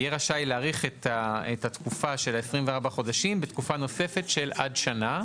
יהיה רשאי להאריך את התקופה של 24 חודשים בתקופה נוספת של עד שנה.